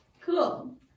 Cool